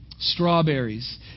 Strawberries